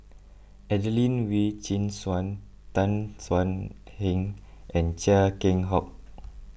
Adelene Wee Chin Suan Tan Thuan Heng and Chia Keng Hock